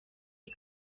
iyi